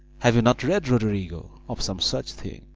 have you not read, roderigo, of some such thing?